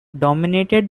dominated